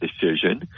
decision